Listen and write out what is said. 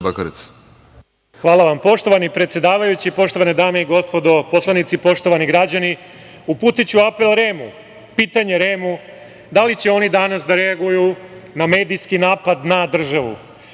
Bakarec** Hvala vam, poštovani predsedavajući, poštovane dame i gospodo poslanici, poštovani građani, uputiću apel REM-u, pitanje REM-u, da li će oni danas da reaguju na medijski napad na državu. Upravo